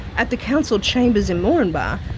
at the council chambers in moranbah,